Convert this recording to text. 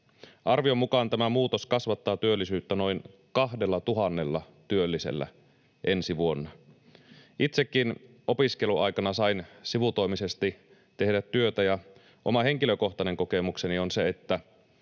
Arvion mukaan tämä muutos kasvattaa työllisyyttä noin 2 000 työllisellä ensi vuonna. Itsekin opiskeluaikana sain sivutoimisesti tehdä työtä, ja oma henkilökohtainen kokemukseni on se, että